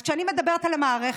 אז כשאני מדברת על המערכת,